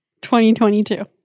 2022